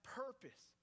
purpose